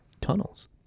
tunnels